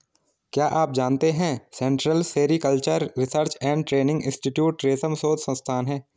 क्या आप जानते है central sericultural research and training institute रेशम शोध संस्थान है?